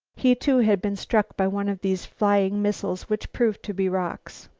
he too had been struck by one of these flying missiles which proved to be rocks.